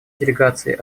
делегации